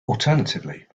alternatively